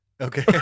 okay